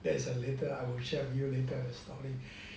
that is a later I will share with you later the story